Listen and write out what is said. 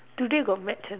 today got match ah